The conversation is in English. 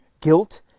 guilt